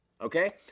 Okay